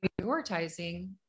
prioritizing